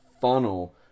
funnel